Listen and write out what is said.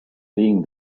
being